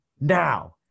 now